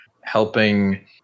helping